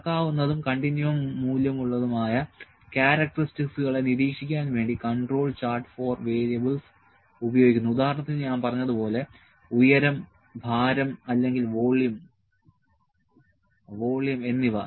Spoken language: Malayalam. അളക്കാവുന്നതും കണ്ടിന്യൂവം മൂല്യമുള്ളതുമായ ക്യാരക്ടറിസ്റ്റിക്സുകളെ നിരീക്ഷിക്കാൻ വേണ്ടി കൺട്രോൾ ചാർട്ട് ഫോർ വേരിയബിൾസ് ഉപയോഗിക്കുന്നു ഉദാഹരണത്തിന് ഞാൻ പറഞ്ഞതുപോലെ ഉയരം ഭാരം അല്ലെങ്കിൽ വോളിയം എന്നിവ